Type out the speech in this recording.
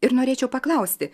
ir norėčiau paklausti